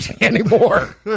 anymore